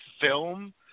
film